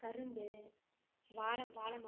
கரும்பு வாழம் வாழ மரம்